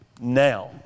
now